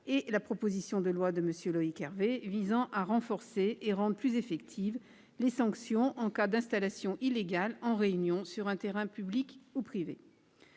et la proposition de loi de M. Loïc Hervé visant à renforcer et rendre plus effectives les sanctions en cas d'installations illégales en réunion sur un terrain public ou privé.